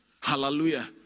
hallelujah